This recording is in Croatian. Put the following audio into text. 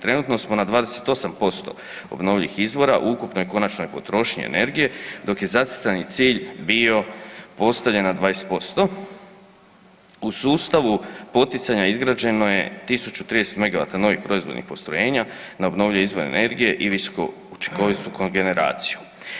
Trenutno smo na 28% obnovljivih izvora u ukupnoj konačnoj potrošnji energije, dok je zacrtani cilj bio postavljen na 20% u sustavu poticanja izgrađeno je 1030 megavata novih proizvodnih postrojenja, na obnovljive izvore energije i visokoučinkovitu kogeneraciju.